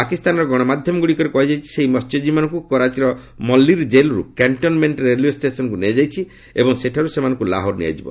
ପାକିସ୍ତାନର ଗଣମାଧ୍ୟମଗୁଡ଼ିକରେ କୁହାଯାଇଛି ସେହି ମସ୍ୟକ୍ତୀବୀମାନଙ୍କୁ କରାଚୀର ମଲ୍ଲୀର ଜେଲ୍ରୁ କାର୍କନ୍ମେଣ୍ଟ୍ ରେଲୱେଷ୍ଟେସନ୍ ନିଆଯାଇଛି ଏବଂ ସେଠାରୁ ସେମାନଙ୍କୁ ଲାହୋର ନିଆଯିବ